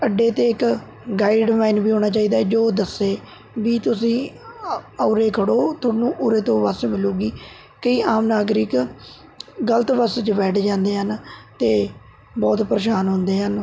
ਅੱਡੇ 'ਤੇ ਇੱਕ ਗਾਈਡ ਮੈਨ ਵੀ ਹੋਣਾ ਚਾਹੀਦਾ ਜੋ ਦੱਸੇ ਵੀ ਤੁਸੀਂ ਉਰੇ ਖੜ੍ਹੋ ਤੁਹਾਨੂੰ ਉਰੇ ਤੋਂ ਬੱਸ ਮਿਲੂਗੀ ਕਈ ਆਮ ਨਾਗਰਿਕ ਗਲਤ ਬੱਸ 'ਚ ਬੈਠ ਜਾਂਦੇ ਹਨ ਅਤੇ ਬਹੁਤ ਪ੍ਰੇਸ਼ਾਨ ਹੁੰਦੇ ਹਨ